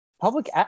Public